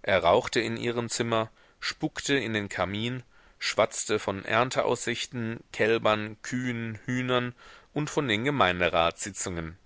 er rauchte in ihrem zimmer spuckte in den kamin schwatzte von ernteaussichten kälbern kühen hühnern und von den gemeinderatssitzungen